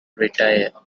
retire